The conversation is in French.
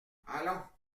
allons